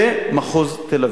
ומחוז תל-אביב.